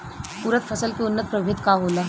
उरद फसल के उन्नत प्रभेद का होला?